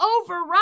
override